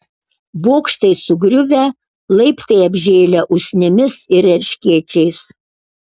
bokštai sugriuvę laiptai apžėlę usnimis ir erškėčiais